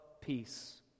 Peace